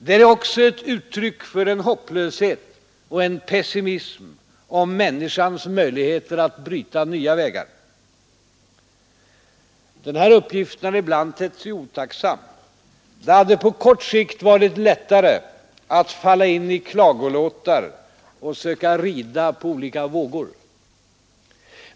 Den är också ett uttryck för en hopplöshet och en pessimism om människans möjlighet att bryta nya vägar. Denna uppgift har ibland tett sig otacksam. Det hade på kort sikt varit lättare att falla in i klagolåtar och söka rida på olika vågor.